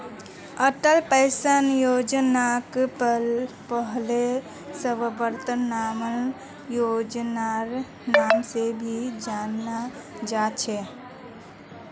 Atal pension योजनाक पहले स्वाबलंबन योजनार नाम से भी जाना जा छे